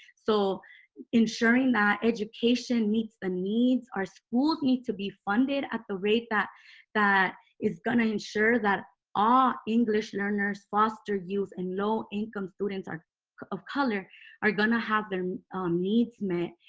so ensuring that education meets the needs our schools need to be funded at the rate that that is going to ensure that all english learners foster youth and low-income students of color are going to have their needs met.